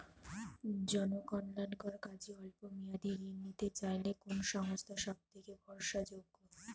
জনকল্যাণকর কাজে অল্প মেয়াদী ঋণ নিতে চাইলে কোন সংস্থা সবথেকে ভরসাযোগ্য?